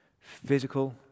physical